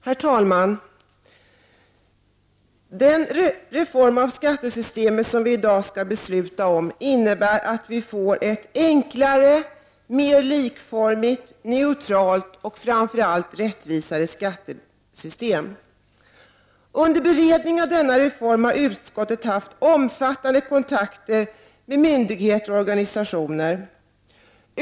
Herr talman! Den reformering av skattesystemet som vi i dag skall besluta om innebär att vi får ett enklare, mer likformigt, neutralt och framför allt rättvisare skattesystem. Under beredningen av denna reform har utskottet haft omfattande kontakter med myndigheter och organisationer.